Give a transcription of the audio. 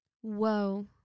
whoa